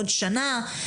בעוד שנה,